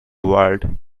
world